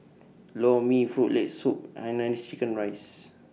Lor Mee Frog Leg Soup and Hainanese Chicken Rice